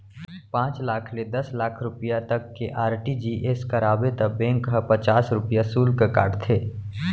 पॉंच लाख ले दस लाख रूपिया तक के आर.टी.जी.एस कराबे त बेंक ह पचास रूपिया सुल्क काटथे